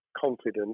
confident